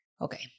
okay